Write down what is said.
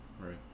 Right